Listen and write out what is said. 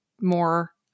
more